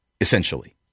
Essentially